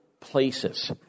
places